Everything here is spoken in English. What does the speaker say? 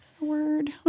word